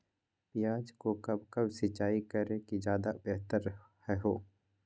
प्याज को कब कब सिंचाई करे कि ज्यादा व्यहतर हहो?